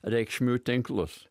reikšmių tinklus